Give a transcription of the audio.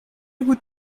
would